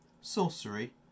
sorcery